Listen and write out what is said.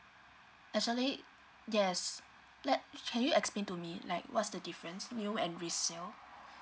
actually yes let can you explain to me like what's the difference new and resale